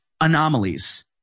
anomalies